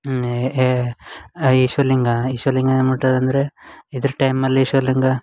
ಏ ಆ ಈಶ್ವರ ಲಿಂಗ ಈಶ್ವರ ಲಿಂಗನ ಮುಟ್ಟುದಂದರೆ ಇದ್ರ ಟೈಮಲ್ಲಿ ಈಶ್ವರ ಲಿಂಗ